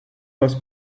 was